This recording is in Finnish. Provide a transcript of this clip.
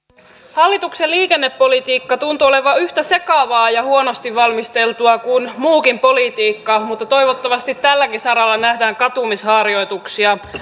hallituksen liikennepolitiikka tuntuu olevan yhtä sekavaa ja huonosti valmisteltua kuin muukin politiikka mutta toivottavasti tälläkin saralla nähdään katumisharjoituksia